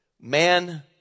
Man